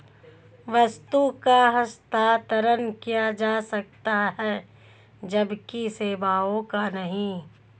वस्तु का हस्तांतरण किया जा सकता है जबकि सेवाओं का नहीं